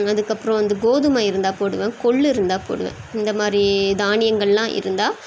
அதுக்கப்புறம் வந்து கோதுமை இருந்தால் போடுவேன் கொல்லு இருந்தால் போடுவேன் இந்தமாதிரி தானியங்களெலாம் இருந்தால்